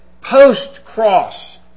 post-cross